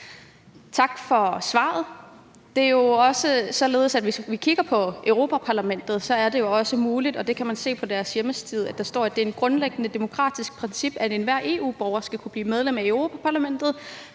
Tak for svaret. Det er jo således, at hvis vi kigger på Europa-Parlamentet, kan man se på deres hjemmeside, at der står, at det er et grundlæggende demokratisk princip, at enhver EU-borger skal kunne blive medlem af Europa-Parlamentet,